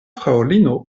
fraŭlino